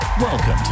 Welcome